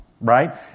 Right